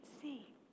see